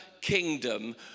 kingdom